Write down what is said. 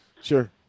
sure